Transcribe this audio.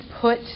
put